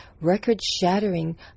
record-shattering